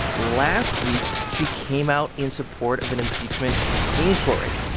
last week, she came out in support of an impeachment inquiry.